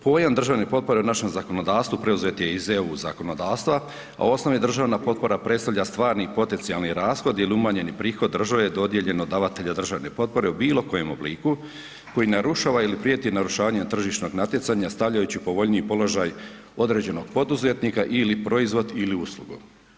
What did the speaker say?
Pojam državne potpore u našem zakonodavstvu preuzet je iz EU zakonodavstva, a osnovna i državna potpora predstavlja stvarni i potencijalni rashod ili umanjeni prihod države dodijeljen od davatelja državne potpore u bilo kojem obliku koji narušava ili prijeti narušavanjem tržišnog natjecanja stavljajući u povoljniji položaj određenog poduzetnika ili proizvod ili uslugu.